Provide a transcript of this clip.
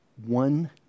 One